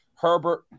Herbert